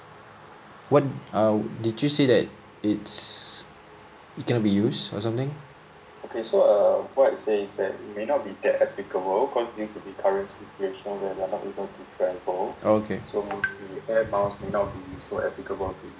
what uh did you say that it's cannot be use or something okay